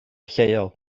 lleol